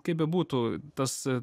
kaip bebūtų tas